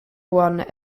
one